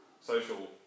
social